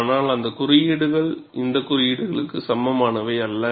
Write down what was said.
ஆனால் அந்த குறியீடுகள் இந்த குறியீடுகள் சமமானவை அல்ல